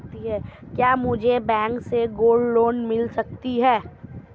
क्या मुझे बैंक से गोल्ड लोंन मिल सकता है?